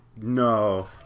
No